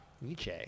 Niche